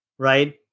right